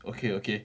okay okay